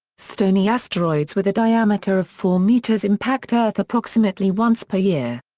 stony asteroids with a diameter of four meters impact earth approximately once per year.